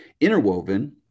Interwoven